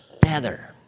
better